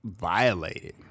violated